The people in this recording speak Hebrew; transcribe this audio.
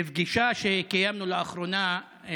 בפגישה שקיימנו לאחרונה,